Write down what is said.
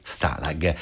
Stalag